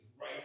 right